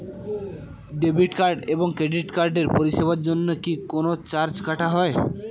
Debit card এবং credit কার্ডের পরিষেবার জন্য কি কোন চার্জ কাটা হয়?